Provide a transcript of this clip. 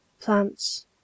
plants